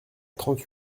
trente